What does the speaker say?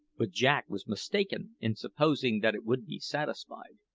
but jack was mistaken in supposing that it would be satisfied.